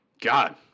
God